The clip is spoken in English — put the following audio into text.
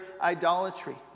idolatry